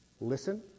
listen